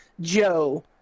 Joe